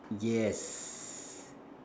yes